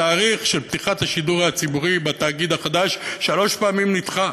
התאריך של פתיחת השידור הציבורי בתאגיד החדש שלוש פעמים נדחה.